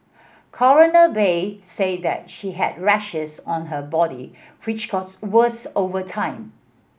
Coroner Bay said that she had rashes on her body which got's worse over time